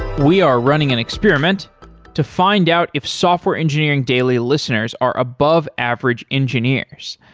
we are running an experiment to find out if software engineering daily listeners are above average engineers.